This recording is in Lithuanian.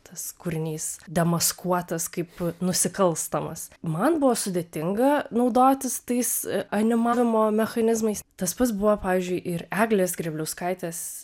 tas kūrinys demaskuotas kaip nusikalstamas man buvo sudėtinga naudotis tais animavimo mechanizmais tas pats buvo pavyzdžiui ir eglės grėbliauskaitės